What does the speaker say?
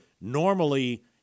normally